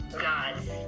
god's